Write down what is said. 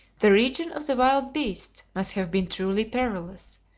the region of the wild beasts must have been truly perilous,